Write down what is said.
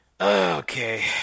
Okay